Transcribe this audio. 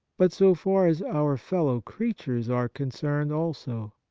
but so far as our fellow-creatures are concerned also.